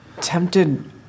tempted